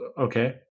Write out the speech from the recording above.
Okay